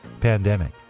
pandemic